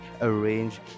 arrange